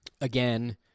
again